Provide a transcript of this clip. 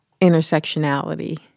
intersectionality